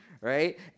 right